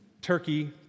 turkey